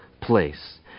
place